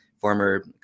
former